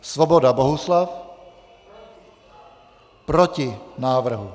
Svoboda Bohuslav: Proti návrhu.